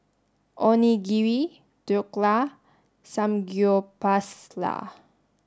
Onigiri Dhokla and Samgyeopsal